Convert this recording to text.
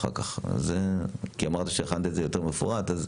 כי אמרת שהכנת את זה יותר מפורט.